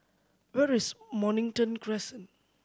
where is Mornington Crescent